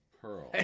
Pearl